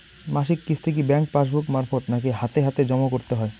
মাসিক কিস্তি কি ব্যাংক পাসবুক মারফত নাকি হাতে হাতেজম করতে হয়?